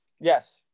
Yes